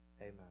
Amen